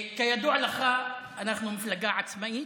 כידוע לך, אנחנו מפלגה עצמאית.